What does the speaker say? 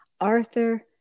Arthur